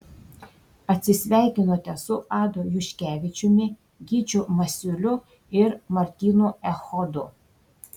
atsisveikinote su adu juškevičiumi gyčiu masiuliu ir martynu echodu